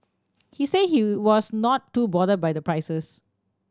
he say he was not too bother by the prices